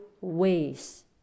ways